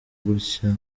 gutyo